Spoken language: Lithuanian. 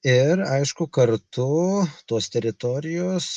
ir aišku kartu tos teritorijos